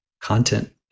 content